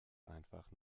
einfach